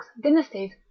dynasties